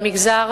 במגזר